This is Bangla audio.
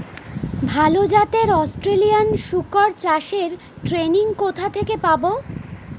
ভালো জাতে অস্ট্রেলিয়ান শুকর চাষের ট্রেনিং কোথা থেকে পাব?